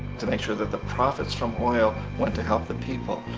to make sure that the profits from oil went to help the people.